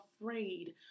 afraid